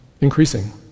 increasing